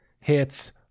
hits